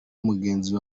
mugenzi